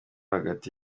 hagati